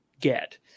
get